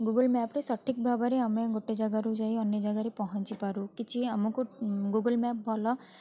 Google map ରେ ସଠିକ୍ ଭାବରେ ଆମେ ଗୋଟେ ଜାଗାରୁ ଯାଇ ଅନ୍ୟ ଜାଗାରେ ପହଞ୍ଚିପାରୁ କିଛି ଆମକୁ ଗୁଗୁଲ୍ ମ୍ୟାପ୍ ଭଲ